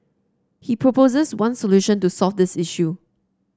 he proposes one solution to solve this issue